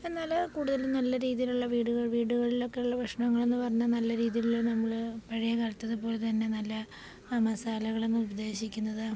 എന്നാല് കൂടുതലും നല്ല രീതിയിലുള്ള വീടുക വീടുകളിലൊക്കെ ഉള്ള ഭക്ഷണങ്ങളെന്ന് പറഞ്ഞാല് നല്ല രീതിയില് നമ്മള് പഴയ കാലത്തതുപോലെ തന്നെ നല്ല മസാലകളെന്ന് ഉദ്ദേശിക്കുന്നത്